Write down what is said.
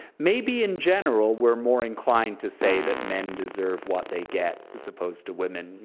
maybe in general we're more inclined to say that men deserve what they get as opposed to women.